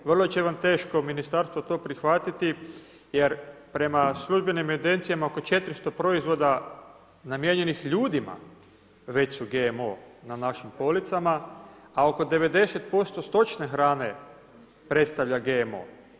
Vrlo će vam teško ministarstvo to prihvatiti, jer prema službenim evidencijama, oko 400 proizvoda, namijenjenim ljudima već su GMO na našim policama, a oko 90% stočne hrane predstavlja GMO.